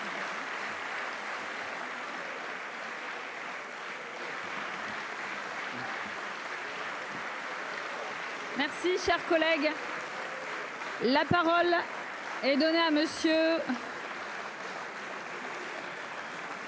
Merci cher collègue. La parole est donnée à monsieur.